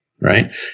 Right